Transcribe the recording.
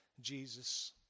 Jesus